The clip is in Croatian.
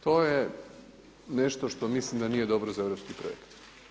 To je nešto što mislim da nije dobro za europski projekt.